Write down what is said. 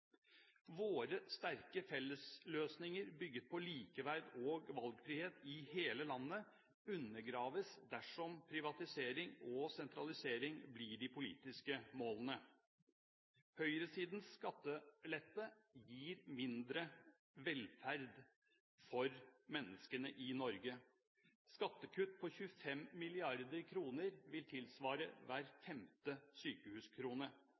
Våre sterke fellesløsninger bygd på likeverd og valgfrihet i hele landet, undergraves dersom privatisering og sentralisering blir de politiske målene. Høyresidens skattelette gir mindre velferd for menneskene i Norge. Skattekutt på 25 mrd. kr vil tilsvare hver femte sykehuskrone.